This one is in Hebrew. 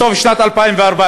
בסוף שנת 2014,